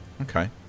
Okay